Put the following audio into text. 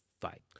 fight